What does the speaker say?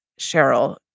Cheryl